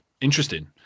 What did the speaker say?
interesting